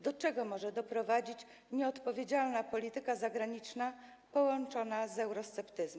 Do czego może doprowadzić nieodpowiedzialna polityka zagraniczna połączona z eurosceptycyzmem?